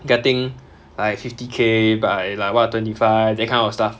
getting like fifty K by like what twenty five that kind of stuff